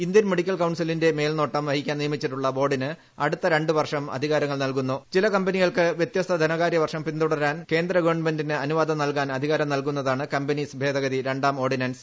Indian medical കൌൺസിലിന്റെ മേൽനോട്ടം വഹിക്കാൻ നിയമിച്ചിട്ടുളള ബോർഡിന് അടുത്ത ര ചില കമ്പനികൾക്ക് വൃതൃസ്ത ധനകാരൃ വർഷം പിൻതുടരാൻ കേന്ദ്രഗവൺമെന്റിന് അനുവാദം നൽകാൻ അധികാരം നൽകുന്നതാണ് കമ്പനീസ് ഭേദഗതി ര ാം ഓർഡിനൻസ്